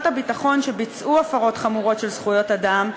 הביטחון שביצעו הפרות חמורות של זכויות אדם,